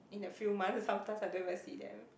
in the few months sometimes I never see them